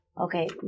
Okay